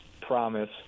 promise